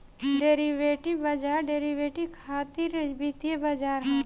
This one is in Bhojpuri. डेरिवेटिव बाजार डेरिवेटिव खातिर वित्तीय बाजार ह